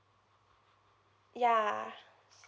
ya